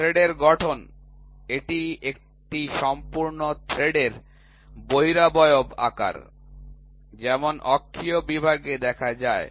থ্রেডের গঠন এটি একটি সম্পূর্ণ থ্রেডের বহিরবয়ব আকার যেমন অক্ষীয় বিভাগে দেখা যায়